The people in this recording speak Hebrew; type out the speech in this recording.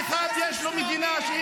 לא תהיה מדינה פלסטינית.